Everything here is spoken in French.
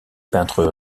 peintres